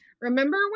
remember